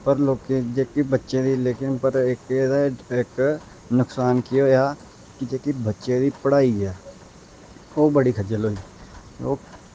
पर लोकें जेह्की बच्चें दी लेकिन पर इक एह्दा इक नकसान केह् होएआ कि जेह्की बच्चें दी पढ़ाई ऐ ओह् बड़ी खज्जल होई ओह्